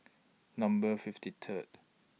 Number fifty Third